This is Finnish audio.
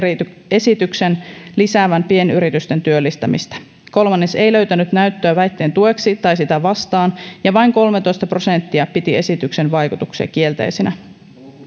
esityksen lisäävän pienyritysten työllistämistä kolmannes ei löytänyt näyttöä väitteen tueksi tai sitä vastaan ja vain kolmetoista prosenttia piti esityksen vaikutuksia kielteisinä